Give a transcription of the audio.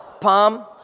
Palm